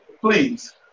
Please